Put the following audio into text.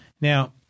Now